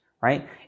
right